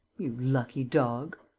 you lucky dog!